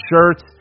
shirts